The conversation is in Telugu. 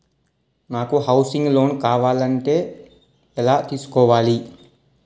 నాకు హౌసింగ్ లోన్ కావాలంటే ఎలా తీసుకోవాలి?